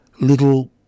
little